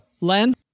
Len